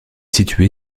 situé